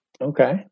Okay